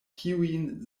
kiujn